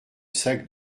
sac